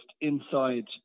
inside